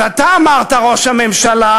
אז אתה אמרת, ראש הממשלה: